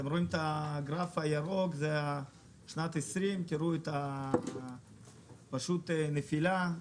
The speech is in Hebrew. אתם רואים את הגרף הירוק של שנת 2020. פשוט נפילה.